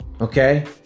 Okay